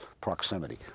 proximity